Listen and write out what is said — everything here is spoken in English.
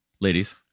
ladies